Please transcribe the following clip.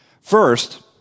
First